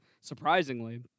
surprisingly